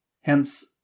Hence